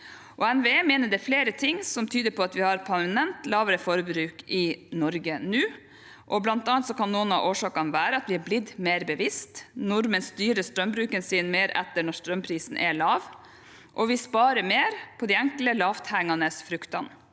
NVE mener det er flere ting som tyder på at vi har et permanent lavere forbruk i Norge nå. Blant annet kan noe av årsaken være at vi er blitt mer bevisste. Nordmenn styrer strømbruken sin mer etter når strømprisen er lav, og vi sparer mer på det enkle, de lavthengende fruktene.